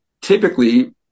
Typically